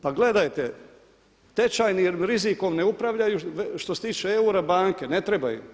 Pa gledajte tečajnim rizikom ne upravljaju što se tiče eura banke, ne trebaju.